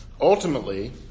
Ultimately